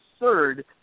absurd